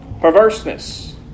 Perverseness